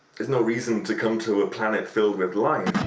there's no reason to come to a planet filled with life